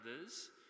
others